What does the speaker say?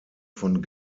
von